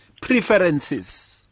preferences